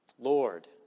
Lord